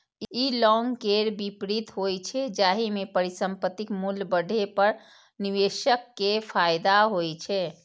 ई long केर विपरीत होइ छै, जाहि मे परिसंपत्तिक मूल्य बढ़ै पर निवेशक कें फायदा होइ छै